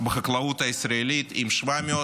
בחקלאות הישראלית, איפה היא?